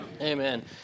Amen